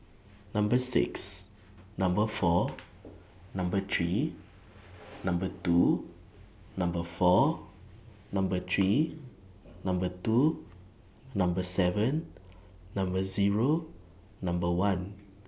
Number six Number four Number three Number two Number four Number three Number two Number seven Number Zero Number one